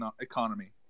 economy